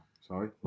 sorry